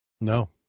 No